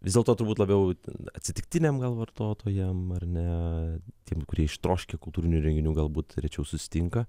vis dėlto turbūt labiau atsitiktiniam gal vartotojam ar ne tiem kurie ištroškę kultūrinių renginių galbūt rečiau susitinka